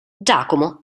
giacomo